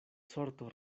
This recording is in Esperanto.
sorto